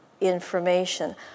information